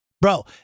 Bro